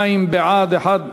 22 בעד, אחד מתנגד.